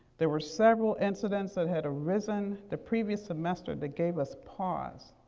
there were several incidents that had arisen the previous semester that gave us pause,